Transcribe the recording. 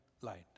light